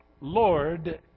Lord